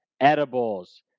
edibles